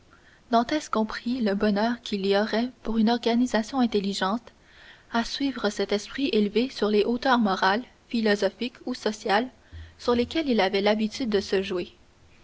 dantès comprit le bonheur qu'il y aurait pour une organisation intelligente à suivre cet esprit élevé sur les hauteurs morales philosophiques ou sociales sur lesquelles il avait l'habitude de se jouer